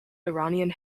iranian